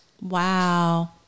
Wow